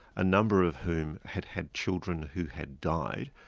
a number of whom had had children who had died